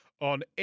on